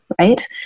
right